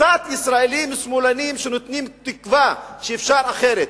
קצת נותנים תקווה שאפשר אחרת,